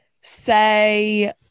say